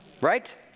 right